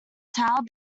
towel